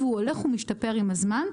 והוא הולך ומשתפר עם הזמן.